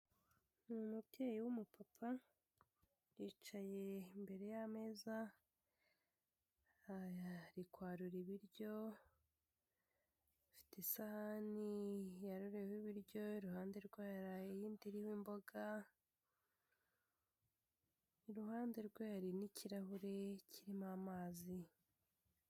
Umubyeyi w'umupapa yicaye imbere y'ameza, ari kwarura ibiryo, afite isahani yaruriyeho ibiryo iruhande rwayo hari indi iriho imboga, iruhande rwe hari n'ikirahure kirimo amazi.